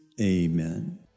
amen